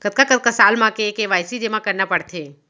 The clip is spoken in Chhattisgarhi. कतका कतका साल म के के.वाई.सी जेमा करना पड़थे?